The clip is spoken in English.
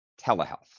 telehealth